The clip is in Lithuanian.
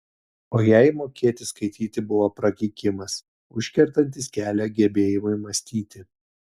o jai mokėti skaityti buvo prakeikimas užkertantis kelią gebėjimui mąstyti